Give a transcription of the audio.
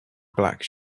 black